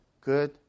good